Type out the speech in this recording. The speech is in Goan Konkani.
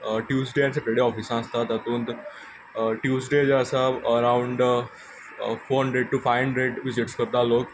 ट्युजडे आनी सेटरडे ऑफिसांत आसतात तातूंत ट्युजडे जे आसा around four hundred to five hundred visits करतात लोक